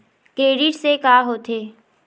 Credit से का होथे?